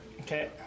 Okay